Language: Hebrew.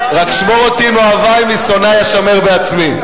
שמור אותי מאוהבי, משונאי אשמר בעצמי.